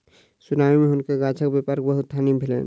tsunami मे हुनकर माँछक व्यापारक बहुत हानि भेलैन